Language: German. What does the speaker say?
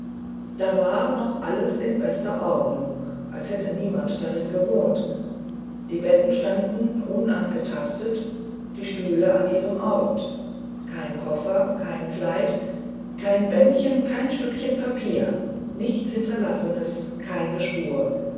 da war noch alles in bester ordnung als hätte niemand darin gewohnt die betten standen unangestastet die stühle an ihrem ort kein koffer kein kleid kein bändchen kein stückchen papier nichts hinterlassenes keine spur